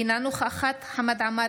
אינה נוכחת חמד עמאר,